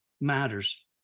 matters